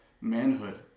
manhood